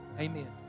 Amen